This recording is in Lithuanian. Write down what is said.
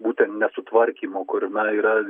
būtent nesutvarkymo kuriame yra